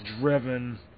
driven